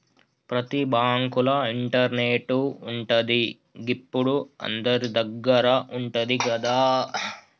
ప్రతి బాంకుల ఇంటర్నెటు ఉంటది, గిప్పుడు అందరిదగ్గర ఉంటంది గదా